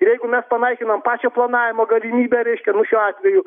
ir jeigu mes panaikinam pačią planavimo galimybę reiškia nu šiuo atveju